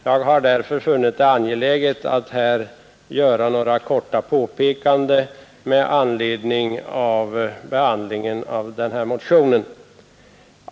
Jag har därför funnit det angeläget att här göra några korta påpekanden med anledning av behandlingen av motionen.